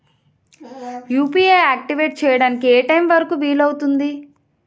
UPI activate చెయ్యడానికి ఏ time వరుకు వీలు అవుతుంది?